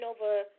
over